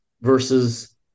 versus